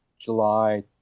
July